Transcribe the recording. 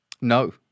No